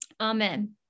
Amen